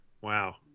Wow